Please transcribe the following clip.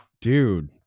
dude